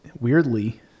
weirdly